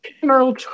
General